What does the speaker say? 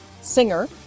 Singer